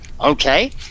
Okay